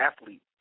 athlete